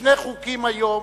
בשני חוקים היום